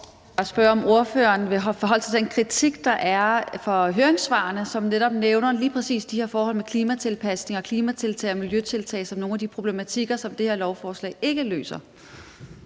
Jeg vil bare spørge, om ordføreren vil forholde sig til den kritik, der er i høringssvarene, og som netop nævner lige præcis de her forhold med klimatilpasning, klimatiltag og miljøtiltag som nogle af de problematikker, som det her lovforslag ikke løser.